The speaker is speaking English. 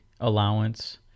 allowance